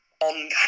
on